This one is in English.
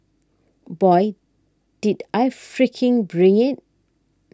boy did I freaking bring it